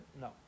No